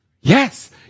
Yes